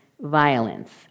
violence